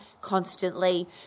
constantly